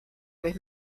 vez